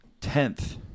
Tenth